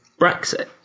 Brexit